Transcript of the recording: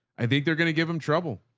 i think they're going to give him trouble.